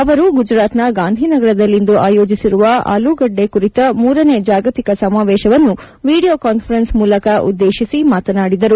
ಅವರು ಗುಜರಾತ್ನ ಗಾಂಧಿನಗರದಲ್ಲಿಂದು ಆಯೋಜಿಸಿರುವ ಆಲೂಗಡ್ಡೆ ಕುರಿತ ಮೂರನೇ ಜಾಗತಿಕ ಸಮಾವೇಶವನ್ನು ವಿಡಿಯೋ ಕಾನ್ಬರೆನ್ಸ್ ಮೂಲಕ ಉದ್ದೇಶಿಸಿ ಮಾತನಾದಿದರು